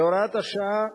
בהוראת השעה,